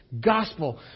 gospel